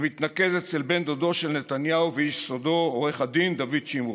שמתנקז אצל בן דודו של נתניהו ואיש סודו עו"ד דוד שמרון,